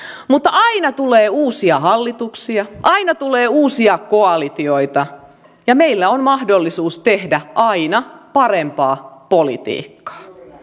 mutta aina tulee uusia hallituksia aina tulee uusia koalitioita ja meillä on mahdollisuus tehdä aina parempaa politiikkaa